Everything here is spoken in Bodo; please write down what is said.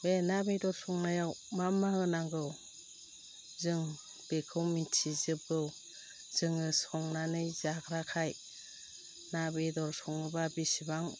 बे ना बेदर संनायाव मा मा होनांगौ जों बेखौ मोनथि जोबगौ जोङो संनानै जाग्राखाय ना बेदर सङोबा बिसिबां